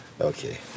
Okay